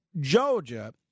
Georgia